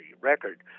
record